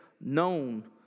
known